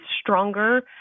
stronger